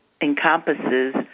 encompasses